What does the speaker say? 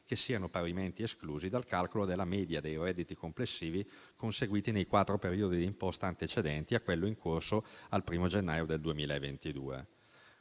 che siano parimenti escluse dal calcolo della media dei redditi complessivi conseguiti nei quattro periodi di imposta antecedenti a quello in corso al primo gennaio 2022.